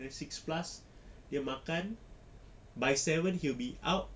maybe six plus dia makan by seven he will be out